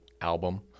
album